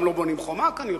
גם לא בונים חומה כנראה.